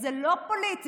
זה לא פוליטי,